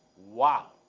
wow.